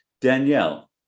Danielle